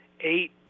eight